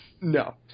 No